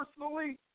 personally